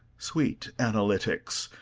sweet analytics,